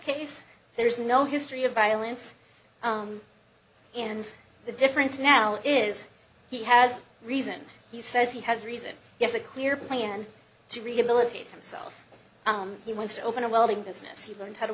case there is no history of violence and the difference now is he has reason he says he has reason yes a clear plan to rehabilitate himself he wants to open a welding business he learned how to